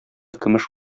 көмеш